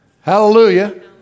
Hallelujah